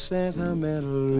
sentimental